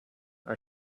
are